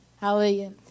Hallelujah